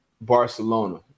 Barcelona